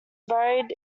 buried